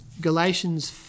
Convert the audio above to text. Galatians